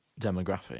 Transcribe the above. demographic